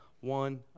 one